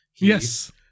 Yes